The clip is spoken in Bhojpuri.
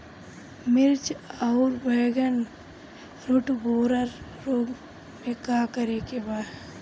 मिर्च आउर बैगन रुटबोरर रोग में का करे के बा?